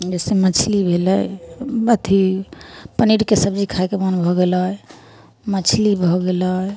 जइसे मछली भेलै अथी पनीरके सब्जी खाइके मोन भऽ गेलै मछली भऽ गेलै